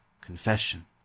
confession